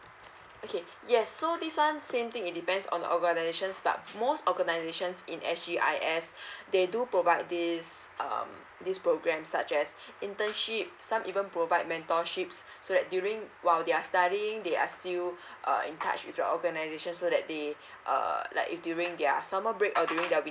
okay yes so this one same thing it depends on the organizations but most organizations in S_G_I_S they do provide this um this programme such as internship some even provide mentorships so that during while they're studying they are still uh in touch with your organisation so that they uh like if during their summer break or during their